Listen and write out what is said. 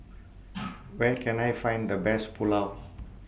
Where Can I Find The Best Pulao